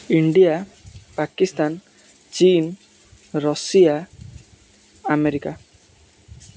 India Pakistan ଚୀନ୍ Russia America